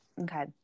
Okay